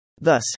Thus